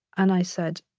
and i said,